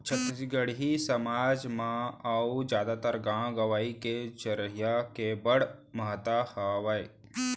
छत्तीसगढ़ी समाज म अउ जादातर गॉंव गँवई तो चरिहा के बड़ महत्ता हावय